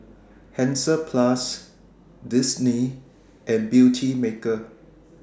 Hansaplast Disney and Beautymaker